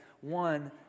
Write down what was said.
one